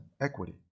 equity